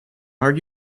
are